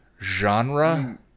genre